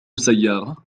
سيارة